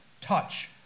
touch